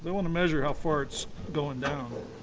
want to measure how far it's going down.